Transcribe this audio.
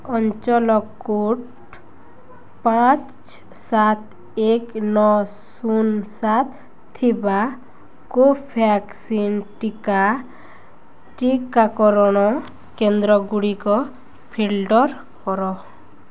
ଅଞ୍ଚଳ କୋଡ଼୍ ପାଞ୍ଚ ସାତ ଏକ ନଅ ଶୂନ ସାତ ଥିବା କୋଭ୍ୟାକ୍ସିନ୍ ଟିକା ଟିକାକରଣ କେନ୍ଦ୍ରଗୁଡ଼ିକ ଫିଲ୍ଟର୍ କର